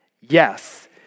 Yes